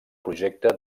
projecte